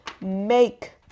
make